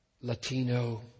Latino